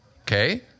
okay